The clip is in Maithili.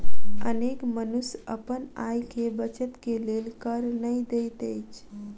अनेक मनुष्य अपन आय के बचत के लेल कर नै दैत अछि